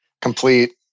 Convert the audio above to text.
Complete